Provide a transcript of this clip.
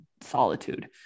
solitude